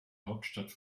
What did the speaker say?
hauptstadt